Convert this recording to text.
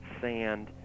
sand